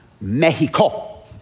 Mexico